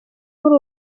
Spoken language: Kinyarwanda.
muri